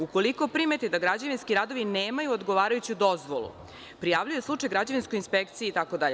Ukoliko primeti da građevinski radovi nemaju odgovarajuću dozvolu, prijavljuje slučaj građevinskoj inspekciji itd.